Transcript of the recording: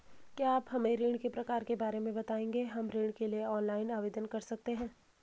क्या आप हमें ऋणों के प्रकार के बारे में बताएँगे हम ऋण के लिए ऑनलाइन आवेदन कर सकते हैं?